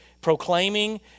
proclaiming